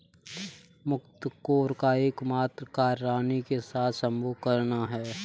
मुकत्कोर का एकमात्र कार्य रानी के साथ संभोग करना है